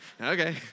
Okay